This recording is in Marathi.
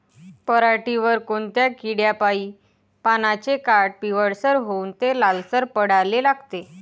पऱ्हाटीवर कोनत्या किड्यापाई पानाचे काठं पिवळसर होऊन ते लालसर पडाले लागते?